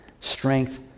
strength